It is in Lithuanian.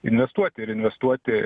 investuoti ir investuoti